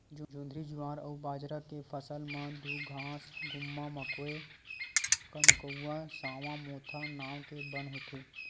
जोंधरी, जुवार अउ बाजरा के फसल म दूबघास, गुम्मा, मकोया, कनकउवा, सावां, मोथा नांव के बन होथे